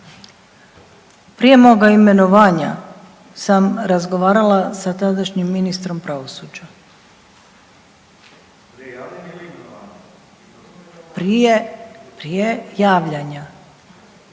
Prije moga imenovanja sam razgovarala sa tadašnjim Ministrom pravosuđa. /Upadica: